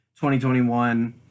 2021